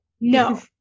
no